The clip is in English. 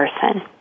person